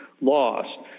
lost